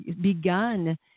begun